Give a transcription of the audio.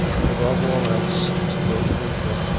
but, above all else, as the boat moved up,